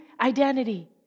identity